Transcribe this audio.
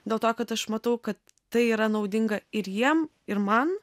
dėl to kad aš matau kad tai yra naudinga ir jiem ir man